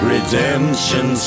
Redemption